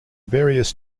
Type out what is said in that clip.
various